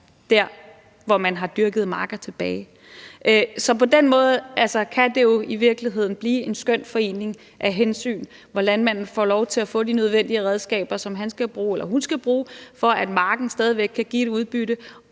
der, hvor man har dyrkede marker tilbage. Så på den måde kan det jo i virkeligheden bliver en skøn forening af hensyn, hvor landmanden får lov til at få de nødvendige redskaber, som han eller hun skal bruge, for at marken stadig væk kan give et udbytte.